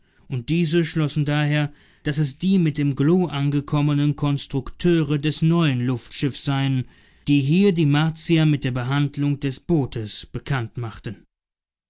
und diese schlossen daher daß es die mit dem glo angekommenen konstrukteure des neuen luftschiffes seien die hier die martier mit der behandlung des bootes bekannt machten